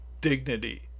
dignity